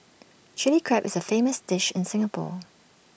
Chilli Crab is A famous dish in Singapore